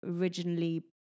originally